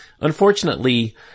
unfortunately